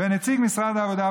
ונציג משרד העבודה,